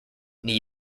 new